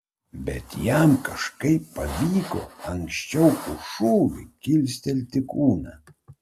bet jam kažkaip pavyko anksčiau už šūvį kilstelti kūną